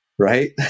right